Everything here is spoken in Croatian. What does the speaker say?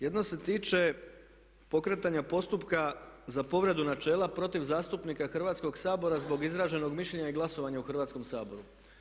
Jedno se tiče pokretanja postupka za povredu načela protiv zastupnika Hrvatskog sabora zbog izraženog mišljenja i glasovanja u Hrvatskom saboru.